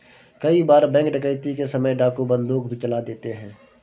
कई बार बैंक डकैती के समय डाकू बंदूक भी चला देते हैं